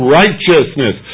righteousness